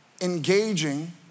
engaging